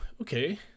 okay